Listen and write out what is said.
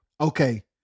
Okay